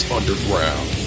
Underground